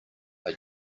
are